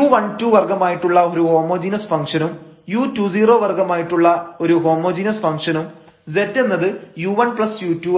u12 വർഗ്ഗമായിട്ടുള്ള ഒരു homogeneous ഫംഗ്ഷനും u20 വർഗ്ഗമായിട്ടുള്ള ഒരു ഹോമോജീനസ് ഫംഗ്ഷനും z എന്നത് u1 u2 ആണ്